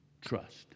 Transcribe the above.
trust